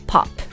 Pop